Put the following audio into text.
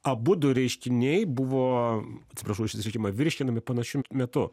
abudu reiškiniai buvo atsiprašau už išsireiškimą virškinami panašiu metu